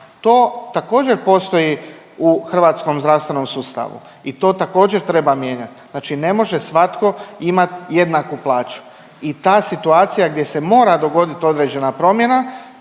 To također postoji u hrvatskom zdravstvenom sustavu i to također treba mijenjat, znači ne može svatko imat jednaku plaću i ta situacija gdje se mora dogodit određena promjena